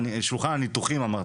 "שולחן הניתוחים",